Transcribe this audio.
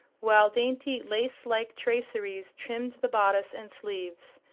while dainty lace-like traceries trimmed the bodice and sleeves.